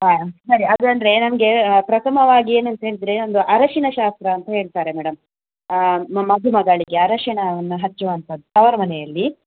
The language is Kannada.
ಹಾಂ ಸರಿ ಅದು ಅಂದರೆ ನಮಗೆ ಪ್ರಥಮವಾಗಿ ಏನಂಥೇಳಿದ್ರೆ ಒಂದು ಅರಶಿನ ಶಾಸ್ತ್ರ ಅಂತ ಹೇಳ್ತಾರೆ ಮೇಡಮ್ ಮದುಮಗಳಿಗೆ ಅರಶಿಣವನ್ನು ಹಚ್ಚುವಂಥದ್ದು ತವರು ಮನೆಯಲ್ಲಿ